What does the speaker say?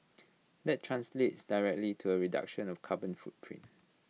that translates directly to A reduction of carbon footprint